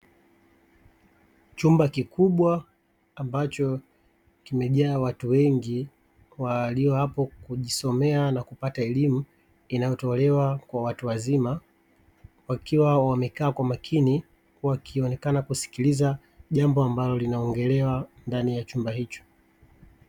Chumba kikubwa ambacho kimejaa watu wengi, walio hapo kujisomea na kupata elimu inayotolewa kwa watu wazima, wakiwa wamekaa kwa makini wakionekana kusikiliza jambo ambalo linaongelewa ndani ya chumba hicho.